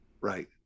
Right